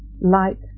light